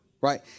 right